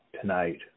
tonight